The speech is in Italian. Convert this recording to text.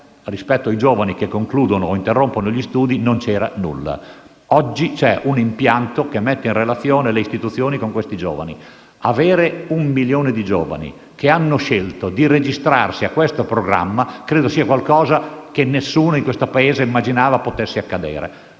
rispetto ai giovani che concludono o interrompono gli studi non c'era nulla. Oggi c'è un impianto che mette in relazione questi giovani con le istituzioni. Avere un milione di giovani che hanno scelto di registrarsi a questo programma credo sia un qualcosa che nessuno in questo Paese immaginava potesse accadere.